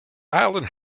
island